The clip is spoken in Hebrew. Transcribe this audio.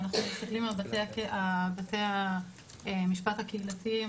אנחנו מסתכלים על בתי המשפט הקהילתיים.